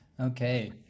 Okay